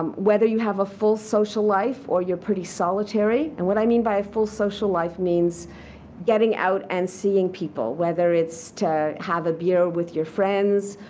um whether you have a full social life or you're pretty solitary. and what i mean by a full social life means getting out and seeing people, whether it's to have a beer with your friends,